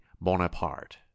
bonaparte